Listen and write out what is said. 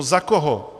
Za koho?